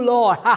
Lord